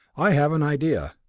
i have an idea.